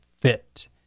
fit